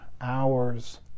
hours